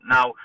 Now